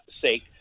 sake